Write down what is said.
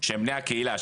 שהם בני הקהילה,